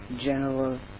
general